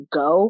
go